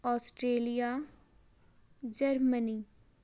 Australia Germany